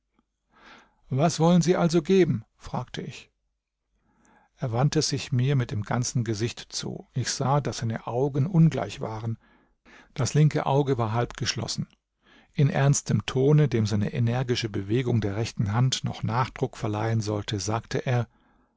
was wollen sie also geben fragte ich er wandte sich mir mit dem ganzen gesicht zu ich sah daß seine augen ungleich waren das linke auge war halb geschlossen in ernstem tone dem eine energische bewegung der rechten hand noch nachdruck verleihen sollte sagte er